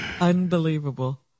Unbelievable